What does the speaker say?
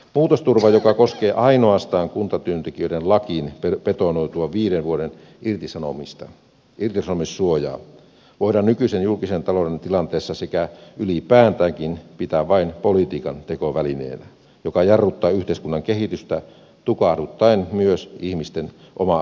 muutosturvaa joka koskee ainoastaan kuntatyöntekijöiden lakiin betonoitua viiden vuoden irtisanomissuojaa voidaan nykyisen julkisen talouden tilanteessa sekä ylipäätäänkin pitää vain politiikantekovälineenä joka jarruttaa yhteiskunnan kehitystä tukahduttaen myös ihmisten oma aloitteisuuden